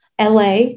LA